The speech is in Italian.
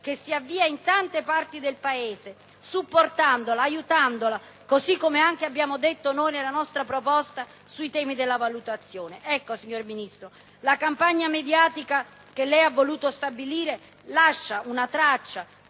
che si avvia in tante parti del Paese, supportandola ed aiutandola, così come abbiamo detto noi nella nostra proposta sui temi della valutazione? Signor Ministro, la campagna mediatica che lei ha voluto stabilire lascia una traccia